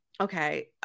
okay